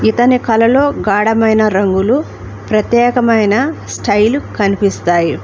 ఇతని కళలో గాడమైన రంగులు ప్రత్యేకమైన స్టైలు కనిపిస్తాయి